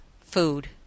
food